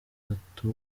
gato